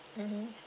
mmhmm